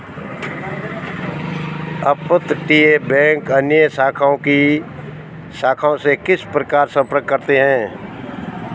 अपतटीय बैंक अन्य शाखाओं से किस प्रकार संपर्क करते हैं?